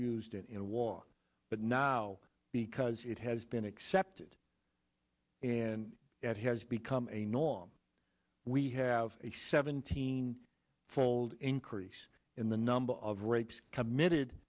used in war but now because it has been accepted and it has become a norm we have a seventeen fold increase in the number of rapes committed